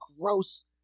gross